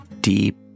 deep